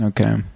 Okay